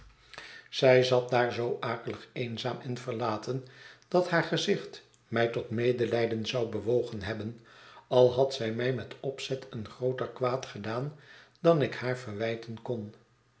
zij zat daar zoo akelig eenzaam en verlaten dat haar gezicht mij tot medelijden zou bewogen hebben al had zij mij met opzet een grooter kwaad gedaan dan ik haar verwijten kon